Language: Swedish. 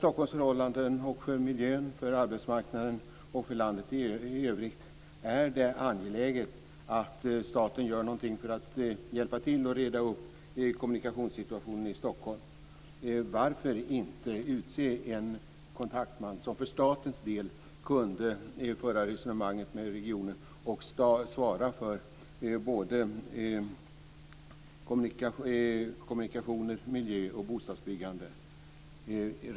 För Stockholms förhållanden, för miljön, för arbetsmarknaden och för landet i övrigt är det angeläget att staten gör någonting för att hjälpa till att reda upp kommunikationssituationen i Stockholm. Varför inte utse en kontaktman som för statens del kunde föra resonemanget med regionen och svara för kommunikationer, miljö och bostadsbyggande?